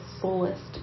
fullest